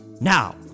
now